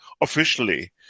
officially